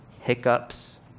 hiccups